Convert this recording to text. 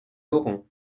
laurent